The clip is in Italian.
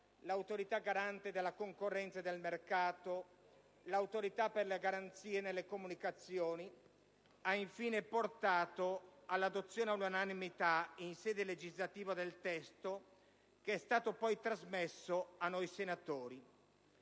dell'Autorità garante della concorrenza e del mercato, l'Autorità per le garanzie nelle comunicazioni, ha, infine, portato all'adozione all'unanimità in sede legislativa del testo che è stato poi trasmesso a noi senatori.